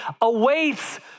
awaits